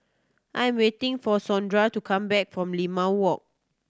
I am waiting for Sondra to come back from Limau Walk